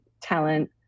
talent